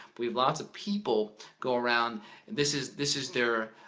we have lots of people go around and this is this is their,